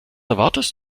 erwartest